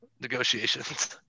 negotiations